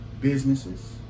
businesses